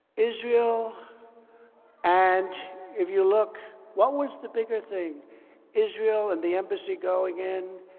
israel and if you look, what was the bigger thing israel and the embassy going in,